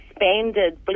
expanded